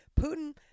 putin